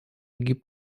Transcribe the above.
gab